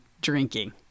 drinking